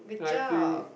I feel